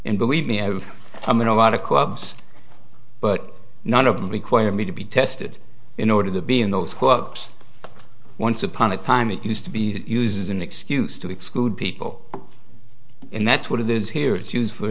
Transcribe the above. and believe me i've come in a lot of clubs but none of them require me to be tested in order to be in those clubs once upon a time it used to be used as an excuse to exclude people and that's what it is here it's used for